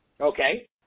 Okay